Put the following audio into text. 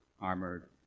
armored